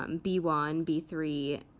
um b one, b three.